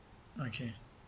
okay